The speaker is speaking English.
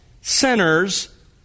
sinners